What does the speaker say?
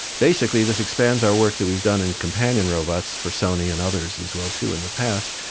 basically this expands our work that we've done in companion robots for sony and others as well too in the past,